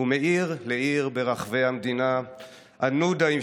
/ ומעיר לעיר ברחבי המדינה / אנודה עם